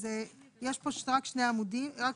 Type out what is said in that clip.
ויש פה רק שתי עמודות.